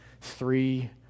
Three